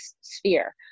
sphere